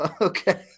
Okay